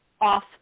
off